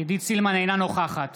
אינה נוכחת